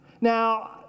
Now